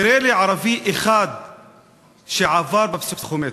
אמר לנו: תראה לי ערבי אחד שעבר בפסיכומטרי.